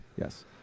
Yes